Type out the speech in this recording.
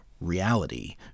reality